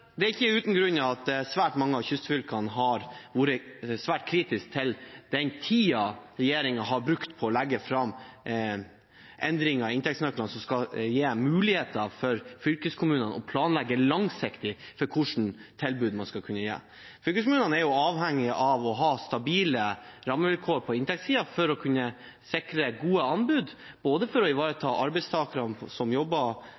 Det er ikke uten grunn at svært mange av kystfylkene har vært svært kritisk til den tiden regjeringen har brukt på å legge fram endringer i inntektsnøklene, som skal gi muligheter til fylkeskommunene til å planlegge langsiktig hvilke tilbud man skal kunne gi. Fylkeskommunene er avhengig av å ha stabile rammevilkår på inntektssiden for å kunne sikre gode anbud, for å ivareta arbeidstakerne som jobber